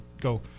go, –